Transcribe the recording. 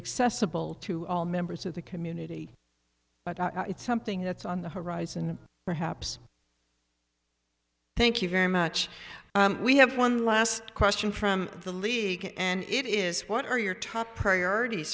accessible to all members of the community but it's something that's on the horizon perhaps thank you very much we have one last question from the league and it is what are your top priorit